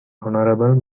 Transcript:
honorable